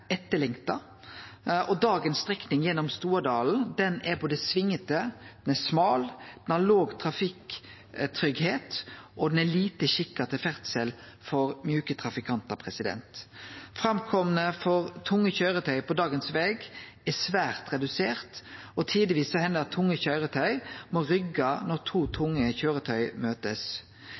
etterlengta. Dagens strekning gjennom Stoadalen er både svingete, smal, har låg trafikktryggleik og er lite skikka til ferdsel for mjuke trafikantar. Framkoma for tunge køyretøy på dagens veg er svært redusert, og tidvis hender det at tunge køyretøy må rygge når to tunge køyretøy